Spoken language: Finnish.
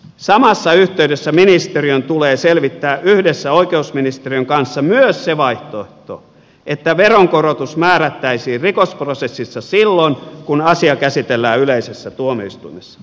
samassa yhteydessä ministeriön tulee selvittää yhdessä oikeusministeriön kanssa myös se vaihtoehto että veronkorotus määrättäisiin rikosprosessissa silloin kun asia käsitellään yleisessä tuomioistuimessa